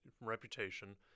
reputation –